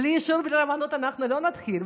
בלי אישור מהרבנות אנחנו לא נתחיל.